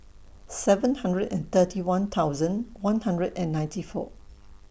seven hundred and thirty one thousand one hundred and ninety four